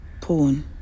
porn